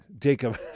jacob